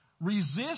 Resist